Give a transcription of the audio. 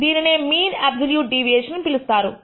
దీనినే mean absolute deviation అని పిలుస్తాము